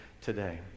today